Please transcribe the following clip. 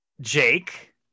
jake